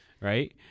right